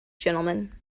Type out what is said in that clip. gentlemen